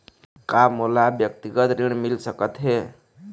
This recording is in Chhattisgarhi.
का मोला व्यक्तिगत ऋण मिल सकत हे?